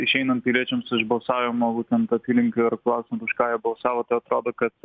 išeinant piliečiams iš balsavimo būtent apylinkių ir klausiant už ką jie balsavo tai atrodo kad